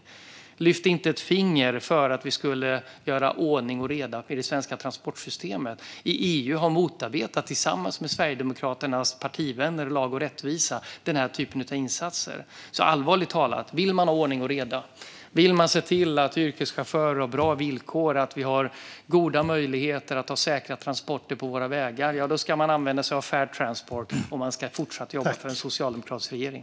Man lyfte inte ett finger för att vi skulle få ordning och reda i det svenska transportsystemet. I EU har man, tillsammans med Sverigedemokraternas partivänner i Lag och rättvisa, motarbetat denna typ av insatser. Så, allvarligt talat - vill man ha ordning och reda och se till att yrkeschaufförer har bra villkor och att vi har goda möjligheter att ha säkra transporter på våra vägar ska man använda sig av Fair Transport, och man ska fortsatt jobba för en socialdemokratisk regering.